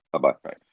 bye-bye